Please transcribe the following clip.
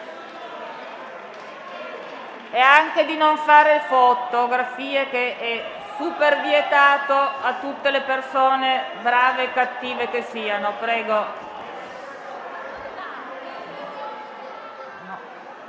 e anche di non fare fotografie, che è vietato a tutte le persone, brave o cattive che siano.